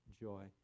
joy